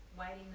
Waiting